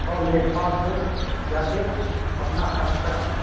और लेखपाल से जाके अपना खसरा